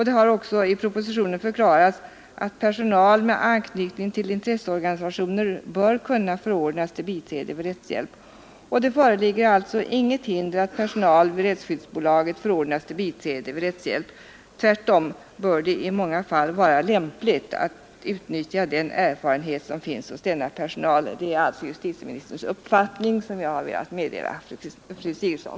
Det har också i propositionen förklarats att personal med anknytning till intresseorganisationer bör kunna förordnas till biträde vid rättshjälp. Det föreligger alltså inget hinder för att personal vid Rättsskyddsbolaget förordnas till biträde. Tvärtom bör det i många fall vara lämpligt att utnyttja den erfarenhet som finns hos denna personal. Det är alltså justitieministerns uppfattning, som jag har velat meddela fru Sigurdsen.